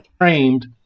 framed